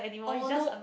oh no